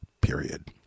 Period